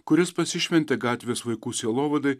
kuris pasišventė gatvės vaikų sielovadai